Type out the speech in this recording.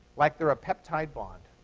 like they're a peptide bond.